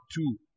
two